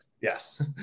Yes